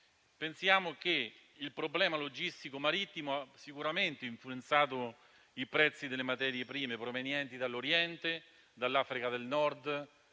pensiamo che il problema logistico marittimo abbia sicuramente influenzato i prezzi delle materie prime provenienti dall'Oriente, dall'Africa del Nord,